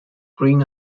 green